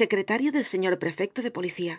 secretario del señor prefecto de policía